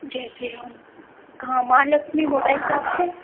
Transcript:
जय श्री राम कहाँ Mahalakshmi mobile shop से